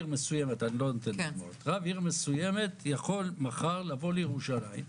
רב עיר מסוימת יכול מחר לבוא לירושלים,